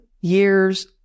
years